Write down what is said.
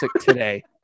today